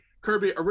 Kirby